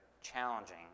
challenging